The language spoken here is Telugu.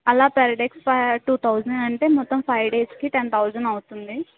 అలా పెర్ డేకి టూ థౌజండ్ అంటే మొత్తం ఫైవ్ డేస్కి టెన్ థౌజండ్ అవుతుంది